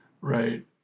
Right